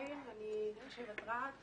תושבת רהט.